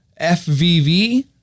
FVV